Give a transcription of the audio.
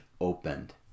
opened